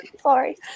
Sorry